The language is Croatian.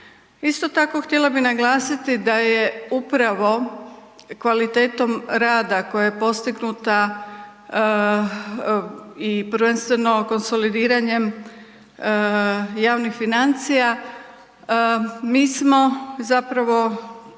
Isto tako, htjela bih naglasiti da je upravo kvalitetom rada koja je postignuta i prvenstveno konsolidiranjem javnih financija, mi smo zapravo